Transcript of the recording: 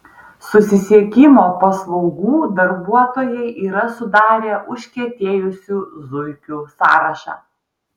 susisiekimo paslaugų darbuotojai yra sudarę užkietėjusių zuikių sąrašą